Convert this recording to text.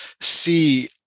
see